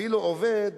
אפילו עובד